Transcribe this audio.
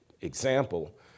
example